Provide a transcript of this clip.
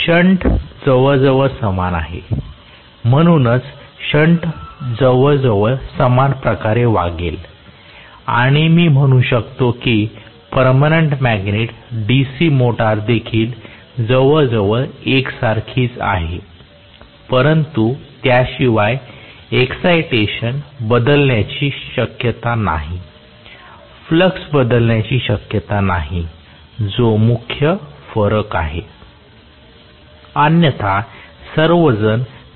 shunt जवळजवळ समान आहे म्हणूनच शंट जवळजवळ समान प्रकारे वागेल आणि मी म्हणू शकतो की पर्मनन्ट मॅग्नेट DC मोटर देखील जवळजवळ एकसारखीच आहे परंतु त्याशिवाय एक्ससायटेशन बदलण्याची शक्यता नाही फ्लक्स बदलण्याची शक्यता नाही जो मुख्य फरक आहे अन्यथा सर्वजण जवळजवळ सारखेच वागतात